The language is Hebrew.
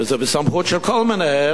וזה בסמכות של כל מנהל,